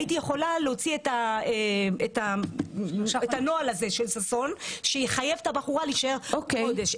הייתי יכולה להוציא את הנוהל הזה של ששון שיחייב את הבחורה להישאר חודש.